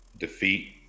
defeat